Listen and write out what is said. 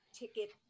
ticket